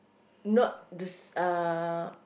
not the s~ uh